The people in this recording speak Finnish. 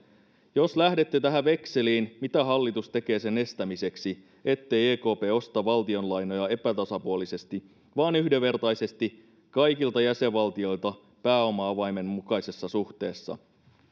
jos lähdette tähän vekseliin mitä hallitus tekee sen estämiseksi ettei ekp osta valtionlainoja epätasapuolisesti vaan yhdenvertaisesti kaikilta jäsenvaltioilta pääoma avaimen mukaisessa suhteessa